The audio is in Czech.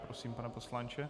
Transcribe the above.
Prosím, pane poslanče.